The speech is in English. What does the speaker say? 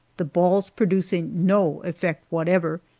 the balls producing no effect whatever,